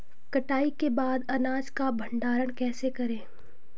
कटाई के बाद अनाज का भंडारण कैसे करें?